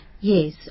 Yes